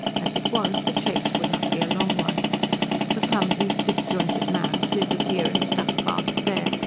as it was, the chase would not be a long one the clumsy, stiff-jointed man slithered here and stuck fast there,